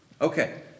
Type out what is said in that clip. Okay